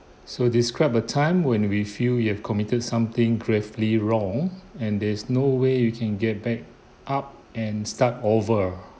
so describe a time when we feel you've committed something gravely wrong and there's no way you can get back up and start over